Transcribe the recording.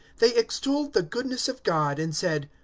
they extolled the goodness of god, and said,